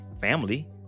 family